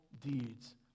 deeds